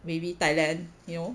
maybe thailand you know